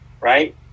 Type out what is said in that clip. right